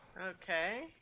Okay